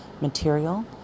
material